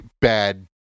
bad